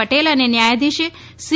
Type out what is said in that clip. પટેલ અને ન્યાયાધીશ સી